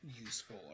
useful